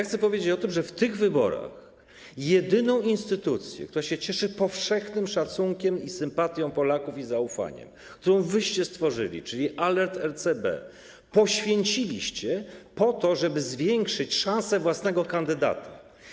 Chcę powiedzieć o tym, że w tych wyborach jedyną instytucję, która się cieszy powszechnym szacunkiem i sympatią, i zaufaniem Polaków, którą wyście stworzyli, czyli alert RCB, poświęciliście po to, żeby zwiększyć szanse własnego kandydata.